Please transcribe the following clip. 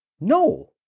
no